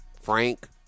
Frank